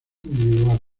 individual